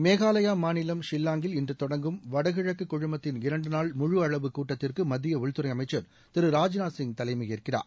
மேகாலயா மாநிலம் ஷில்வாங்கில் இன்று தொடங்கும் வடகிழக்கு குழுமத்தின் இரண்டு நாள் முழு அளவு கூட்டத்திற்கு மத்திய உள்துறை அமைச்சள் திரு ராஜ்நாத் சிங் தலைமை ஏற்கிறார்